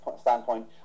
standpoint